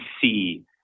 see